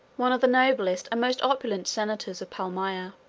one of the noblest and most opulent senators of palmyra.